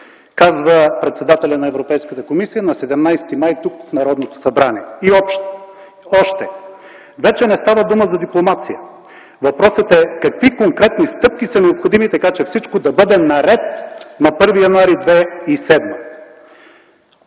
казва председателят на Европейската комисия на 17 май тук, в Народното събрание. И още: „Вече не става дума за дипломация, въпросът е какви конкретни стъпки са необходими, така че всичко да бъде наред на 1 януари 2007